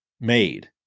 made